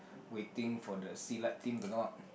waiting for the Silat team to come out